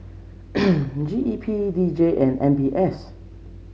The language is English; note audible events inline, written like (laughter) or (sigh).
(noise) G E P D J and M B S